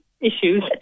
issues